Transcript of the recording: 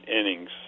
innings